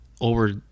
over